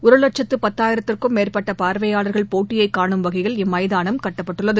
ஒரு லட்சத்து பத்தாயிரத்திற்கும் மேற்பட்ட பார்வையாளர்கள் போட்டியை காஹம் வகையில் இம்மைதானம் கட்டப்பட்டுள்ளது